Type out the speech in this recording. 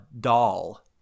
doll